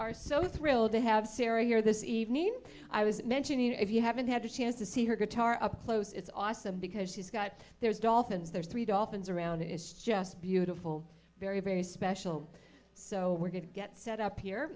are so thrilled to have sarah here this evening i was mentioning if you haven't had a chance to see her guitar up close it's awesome because she's got there's dolphins there's three dolphins around it is just beautiful very very special so we're going to get set up here